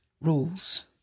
rules